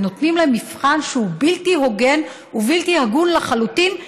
ונותנים להם מבחן שהוא בלתי הוגן ובלתי הגון לחלוטין,